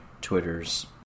Twitter's